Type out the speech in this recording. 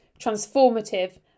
transformative